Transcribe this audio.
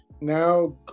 now